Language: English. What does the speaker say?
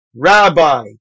Rabbi